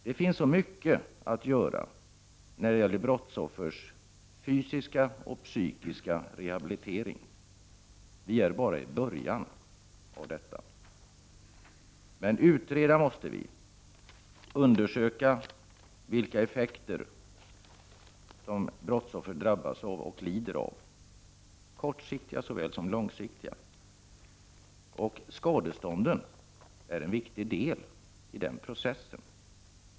Det finns så mycket att göra när det gäller brottsoffers fysiska och psykiska rehabilitering. Vi är bara i början av detta. Men utreda måste vi, undersöka vilka effekter brottsoffer drabbas och lider av, kortsiktiga såväl som långsiktiga. Skadestånd är en viktig del av den processen.